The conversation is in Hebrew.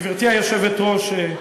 גברתי היושבת-ראש,